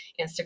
Instagram